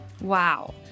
Wow